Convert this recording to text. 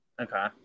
Okay